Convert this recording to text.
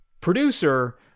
producer